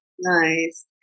Nice